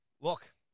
Look